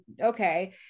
okay